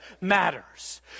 matters